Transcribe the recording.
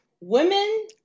women